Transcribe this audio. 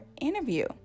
interview